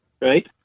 Right